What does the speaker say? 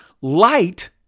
Light